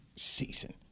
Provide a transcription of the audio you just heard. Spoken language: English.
season